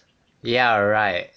ya right